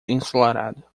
ensolarado